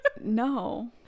no